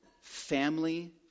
family